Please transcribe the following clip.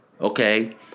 Okay